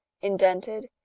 indented